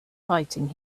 fighting